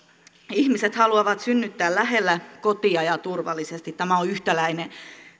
ihmiset haluavat synnyttää lähellä kotia ja turvallisesti tämä on yhtäläinen